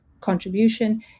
contribution